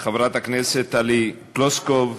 חברת הכנסת טלי פלוסקוב,